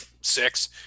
six